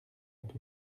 peu